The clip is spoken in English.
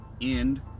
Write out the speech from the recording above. End